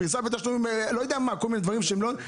תהיה פריסה לתשלומים או כל מיני דברים אחרים,